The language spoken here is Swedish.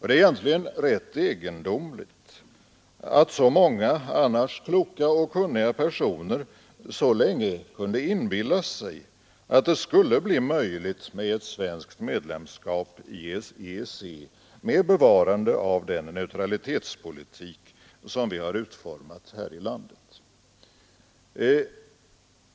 Det är egentligen rätt egendomligt att så många annars kloka och kunniga personer så länge kunde inbilla sig att det skulle bli möjligt med ett svenskt medlemskap i EEC med bevarande av den neutralitetspolitik som vi har utformat här i landet.